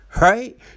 Right